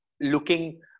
looking